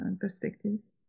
perspectives